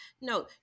No